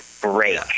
break